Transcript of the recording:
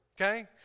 Okay